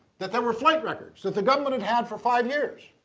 that there were flight records that the government had had for five years,